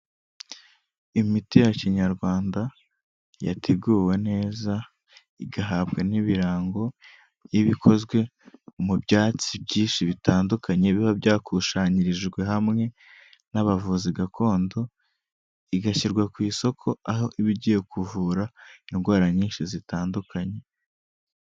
Imiti ya kinyarwanda yateguwe neza, igahabwa n'ibirango, ibikozwe mu byatsi byinshi bitandukanye biba byakusanyirijwe hamwe n'abavuzi gakondo, igashyirwa ku isoko, aho iba igiye kuvura indwara nyinshi zitandukanye.